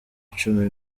cumi